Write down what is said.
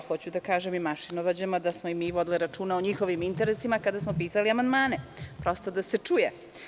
Hoću da kažem i mašinovođama da smo i mi vodili računa o njihovim interesima kada smo pisali amandmane, prosto da se čuje.